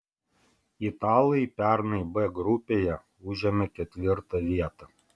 italai pernai b grupėje užėmė ketvirtą vietą